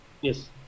Yes